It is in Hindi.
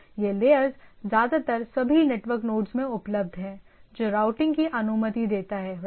ये लेयर्स ज्यादातर सभी नेटवर्क नोड्स में उपलब्ध हैं जो राउटिंग की अनुमति देता है राइट